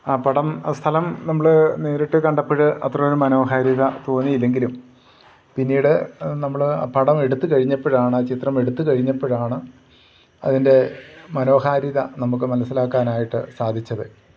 ആ പടം ആ സ്ഥലം നമ്മൾ നേരിട്ടു കണ്ടപ്പോൾ അത്രയും ഒരു മനോഹാരിത തോന്നിയില്ലെങ്കിലും പിന്നീട് നമ്മൾ ആ പടമെടുത്ത് കഴിഞ്ഞപ്പോഴാണ് ആ ചിത്രമെടുത്ത് കഴിഞ്ഞപ്പോഴാണ് അതിൻ്റെ മനോഹാരിത നമുക്ക് മനസ്സിലാക്കാനായിട്ട് സാധിച്ചത്